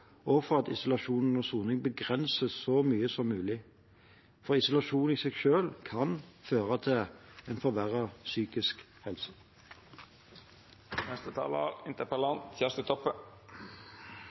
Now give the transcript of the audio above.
og for at isolasjon under soning begrenses så mye som mulig. Isolasjon kan i seg selv føre til en forverret psykisk